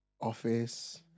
Office